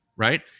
Right